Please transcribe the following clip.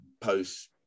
post